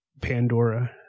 Pandora